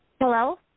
Hello